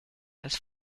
als